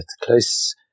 close